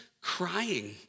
crying